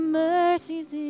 mercies